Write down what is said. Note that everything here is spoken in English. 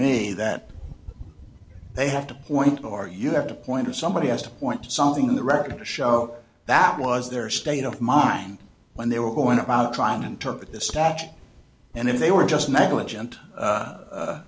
me that they have to point or you have to point or somebody has to point to something in the record to show that was their state of mind when they were going about trying to interpret this statute and if they were just negligent